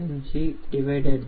3 0